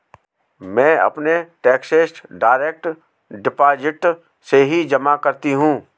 मैं अपने taxes direct deposit से ही जमा करती हूँ